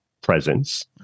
presence